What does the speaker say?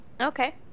Okay